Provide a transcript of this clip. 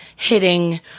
hitting